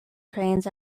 trains